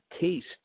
taste